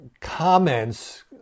comments